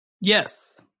Yes